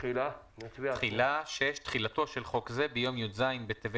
תחילה 6. תחילתו של חוק זה ביום י"ז בטבת